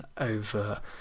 over